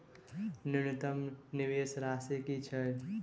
न्यूनतम निवेश राशि की छई?